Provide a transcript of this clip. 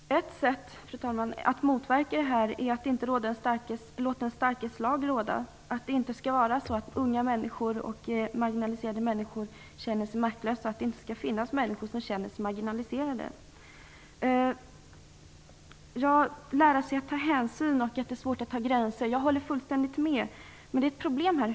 Fru talman! Ett sätt att motverka problemen är att inte låta den starkes lag råda. Det skall inte vara så att unga människor skall känna sig maktlösa. Det skall inte finnas människor som känner sig marginaliserade. Jag håller fullständigt med om att det är svårt att lära sig ta hänsyn och att sätta gränser.